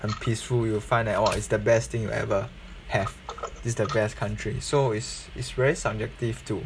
很 peaceful you will find that !wah! it's the best thing you ever have this the best country so it's it's very subjective to